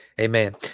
Amen